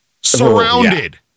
surrounded